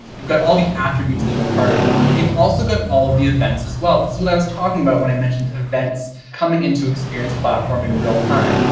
you've got all the attributes that are part of it. we've also got all of the events as well. this is what i was talking about when i mentioned events coming into experience platform in real time.